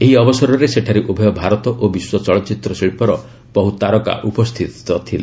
ଏହି ଅବସରରେ ସେଠାରେ ଉଭୟ ଭାରତ ଓ ବିଶ୍ୱ ଚଳଚ୍ଚିତ୍ର ଶିଳ୍ପର ବହୁ ତାରକା ଉପସ୍ଥିତ ଥିଲେ